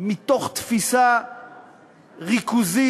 מתוך תפיסה ריכוזית,